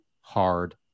hard